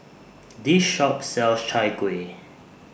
This Shop sells Chai Kueh